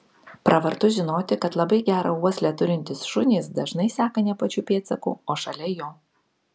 pravartu žinoti kad labai gerą uoslę turintys šunys dažnai seka ne pačiu pėdsaku o šalia jo